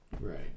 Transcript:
Right